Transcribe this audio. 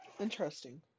Interesting